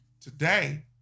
today